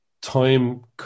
time